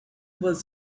was